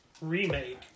remake